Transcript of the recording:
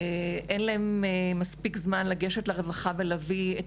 שאין להן מספיק זמן לגשת לרווחה ולהביא את